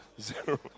Zero